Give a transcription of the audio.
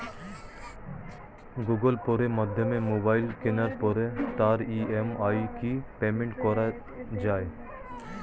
Google পের মাধ্যমে mobile কেনার পরে তার ই.এম.আই কি পেমেন্ট করা যায়?